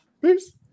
peace